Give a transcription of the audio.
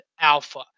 alpha